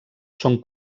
són